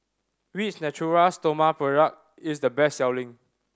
which Natura Stoma product is the best selling